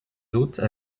hôtes